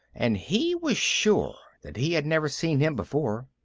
and he was sure that he had never seen him before.